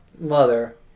mother